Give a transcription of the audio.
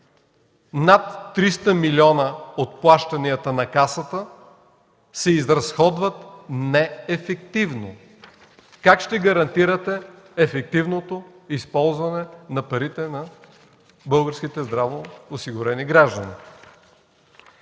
над 300 млн. лв. от плащанията на Касата се изразходват неефективно. Как ще гарантирате ефективното използване на парите на българските здравноосигурени граждани?